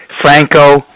Franco